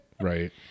Right